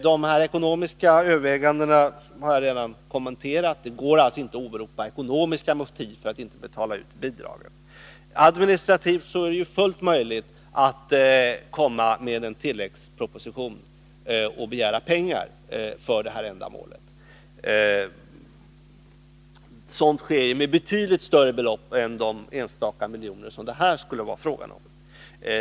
De ekonomiska övervägandena har jag redan kommenterat. Det går alltså inte att åberopa ekonomiska motiv för att inte betala ut bidragen. Administrativt är det fullt möjligt att komma med en tilläggsproposition och begära pengar för detta ändamål. Sådant händer även när det är fråga om betydligt större belopp än de enstaka miljoner som det här skulle vara fråga om.